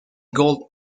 gold